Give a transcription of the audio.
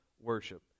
worship